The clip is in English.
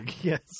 Yes